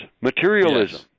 materialism